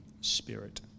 Spirit